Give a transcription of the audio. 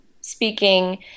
speaking